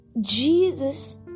Jesus